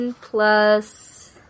plus